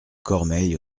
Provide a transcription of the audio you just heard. cormeilles